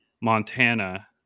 Montana